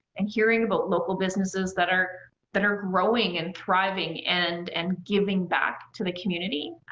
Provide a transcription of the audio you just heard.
and hearing about local businesses that are that are growing and thriving and and giving back to the community,